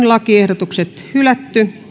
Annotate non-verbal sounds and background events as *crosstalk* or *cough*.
*unintelligible* lakiehdotukset hylätään